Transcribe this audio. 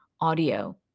audio